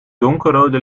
donkerrode